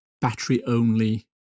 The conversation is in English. battery-only